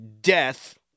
death